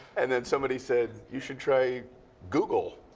and then, somebody said you should try google.